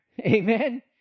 amen